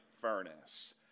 furnace